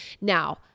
Now